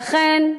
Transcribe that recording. ואכן,